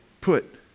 Put